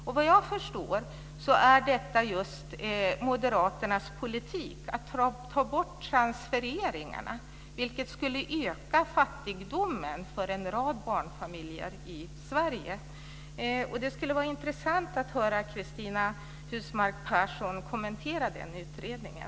Såvitt jag förstår är det just moderaternas politik, att ta bort transfereringarna. Det skulle öka fattigdomen för en rad barnfamiljer i Sverige. Det skulle vara intressant att höra Cristina Husmark Pehrsson kommentera den utredningen.